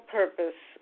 purpose